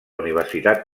universitat